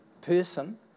person